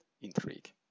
intrigue